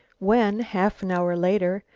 when, half an hour later,